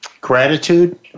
gratitude